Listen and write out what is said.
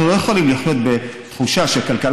אנחנו לא יכולים לחיות בתחושה שהכלכלה